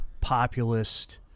populist